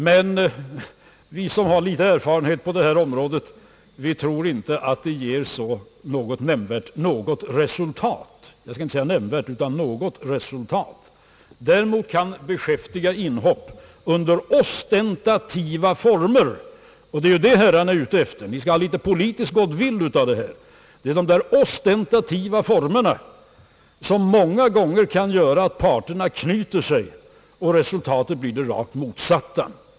Men vi som har litet erfarenhet på detta område tror inte att det ger något resultat. Däremot kan beskäftiga inhopp under ostentativa former — vad herrarna är ute efter är ju att skaffa sig politisk good will av detta — många gånger göra att parterna knyter sig och resultatet blir det rakt motsatta.